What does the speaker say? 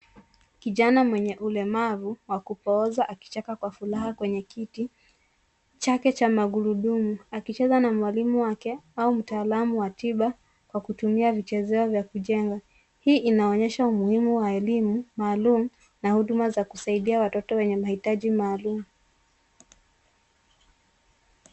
Kijana mwenye ulemavu wa kupooza akicheka kwa furaha kwenye kiti chake cha magurudumu akicheza na mwalimu wake au mtaalam wa tiba kwa kutumia vichezeo vya kujenga. Hii inaonyesha umuhimu wa elimu maalum na huduma za kusaidia watoto wenye mahitaji maalum.